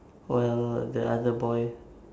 while the other boy